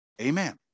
amen